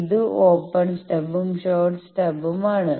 ഇത് ഓപ്പൺ സ്റ്റബും ഷോർട്ട് സ്റ്റബും ആണ്